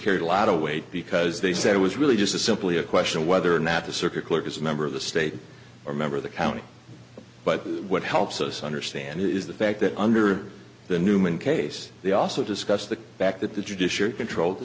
carried a lot of weight because they said it was really just simply a question of whether or not a circuit clerk is a member of the state or a member of the county but what helps us understand is the fact that under the newman case they also discussed the fact that the judiciary controlled the